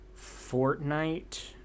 Fortnite